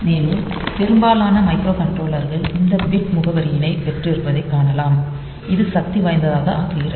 மேலும் பெரும்பாலான மைக்ரோகண்ட்ரோலர்கள் இந்த பிட் முகவரியினைப் பெற்றிருப்பதைக் காணலாம் இது சக்திவாய்ந்ததாக ஆக்குகிறது